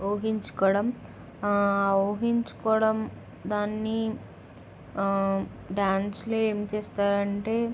ఊహించుకోవడం ఊహించుకోవడం దాన్ని డ్యాన్స్లో ఏం చేస్తారంటే